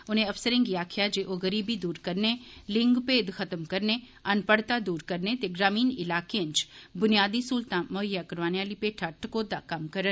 उनें अफसरें गी आक्खेआ जे ओह् गरीबी दूर करने लिंग भेद खत्म करने अनपढ़ता दूर करने ते ग्रामीण इलाकें च बुनियादी सहूलतां मुहैईया करोआने आली पेठा टकोदा कम्म करन